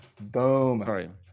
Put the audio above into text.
boom